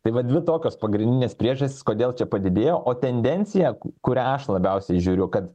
tai vat dvi tokios pagrindinės priežastys kodėl čia padidėjo o tendencija kurią aš labiausiai žiūriu kad